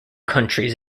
countries